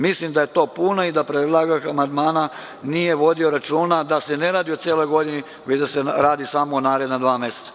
Mislim da je to puno i da predlagač amandmana nije vodio računa da se ne radi o celoj godini, već da se radi samo o naredna dva meseca.